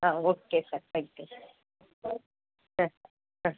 ah okay sir thank you sir ah ah